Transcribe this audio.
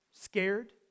scared